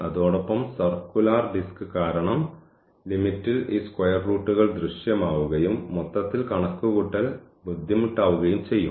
അതോടൊപ്പം circular disc കാരണം ലിമിറ്റിൽ ഈ സ്ക്വയർ റൂട്ടുകൾ ദൃശ്യമാവുകയും മൊത്തത്തിൽ കണക്കുകൂട്ടൽ ബുദ്ധിമുട്ടാവുകയും ചെയ്യും